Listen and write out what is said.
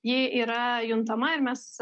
ji yra juntama ir mes